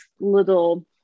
little